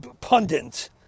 pundit